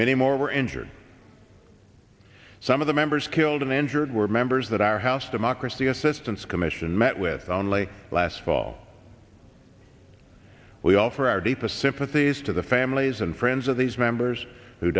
many more were injured some of the members killed and injured were members that our house democracy assistance commission met with only last fall we offer our deepest sympathies to the families and friends of these members who